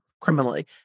criminally